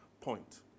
point